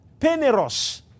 peneros